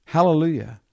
Hallelujah